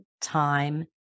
time